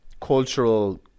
cultural